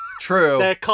True